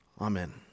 Amen